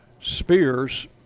Spears